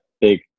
big